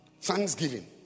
thanksgiving